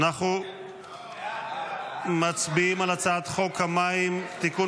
אנחנו מצביעים על הצעת חוק המים (תיקון